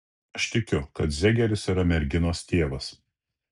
aš tikiu kad zegeris yra merginos tėvas